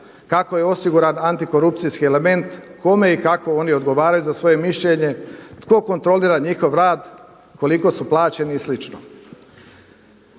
kako je osiguran antikorupcijski element, kome i kako oni odgovaraju za svoje mišljenje, tko kontrolira njihov rad, koliko su plaćeni i sl.